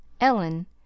Ellen